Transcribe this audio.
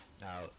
Now